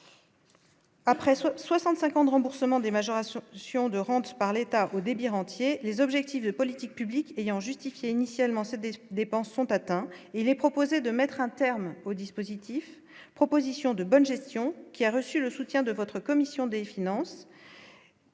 presque 65 ans de remboursement des majorations de rente par l'État au débit rentiers, les objectifs de politique publique ayant justifié initialement dépenses ont atteint, il est proposé de mettre un terme au dispositif proposition de bonne gestion, qui a reçu le soutien de votre commission des finances